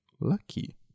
lucky